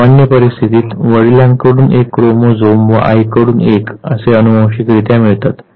सामान्य परिस्थितीत वडिलांकडून एक क्रोमोझोम व आईकडून एक असे अनुवांशिकरित्या मिळतात